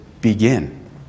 begin